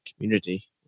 community